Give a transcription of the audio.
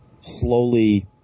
slowly